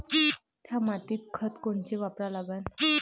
थ्या मातीत खतं कोनचे वापरा लागन?